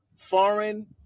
Foreign